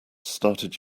started